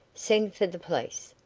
send for the police.